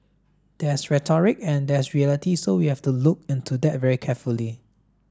there's rhetoric and there's reality so we have to look into that very carefully